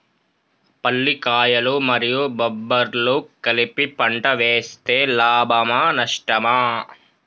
పల్లికాయలు మరియు బబ్బర్లు కలిపి పంట వేస్తే లాభమా? నష్టమా?